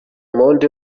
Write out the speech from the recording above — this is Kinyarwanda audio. monde